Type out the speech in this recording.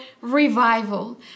revival